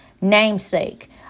Namesake